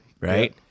right